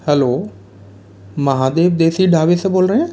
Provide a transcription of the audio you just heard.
hello Mahadev देशी ढ़ाबे से बोल रहे हैं